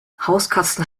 hauskatzen